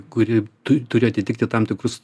kuri tu turi atitikti tam tikrus